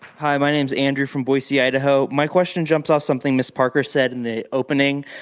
hi. my name is andrew from boise, idaho. my question jumps off something ms. parker said in the opening,